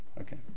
Okay